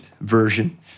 version